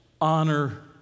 honor